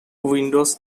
windows